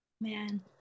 Man